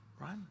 right